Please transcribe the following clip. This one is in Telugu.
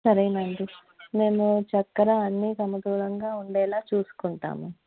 సరేనండి మేము చక్కర అన్ని సమతూలంగా ఉండేలా చూసుకుంటాము